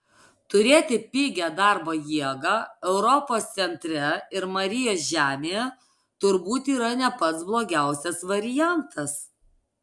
turėti pigią darbo jėgą europos centre ir marijos žemėje turbūt yra ne pats blogiausias variantas